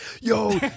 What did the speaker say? yo